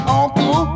uncle